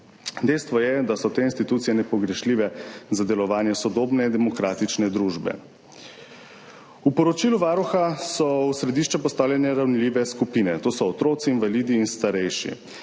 Dejstvo je, da so te institucije nepogrešljive za delovanje sodobne demokratične družbe. V poročilu Varuha so v središče postavljene ranljive skupine, to so otroci, invalidi in starejši.